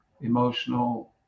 emotional